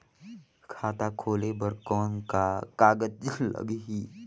खाता खोले बर कौन का कागज लगही?